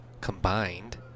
combined